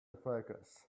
focus